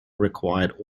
required